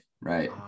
Right